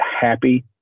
happy